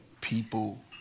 people